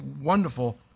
wonderful